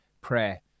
prayer